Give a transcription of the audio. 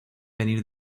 venir